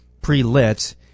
pre-lit